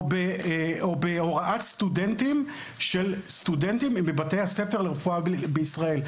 בהוראת סטודנטים מבתי הספר לרפואה בישראל.